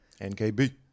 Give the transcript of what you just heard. NKB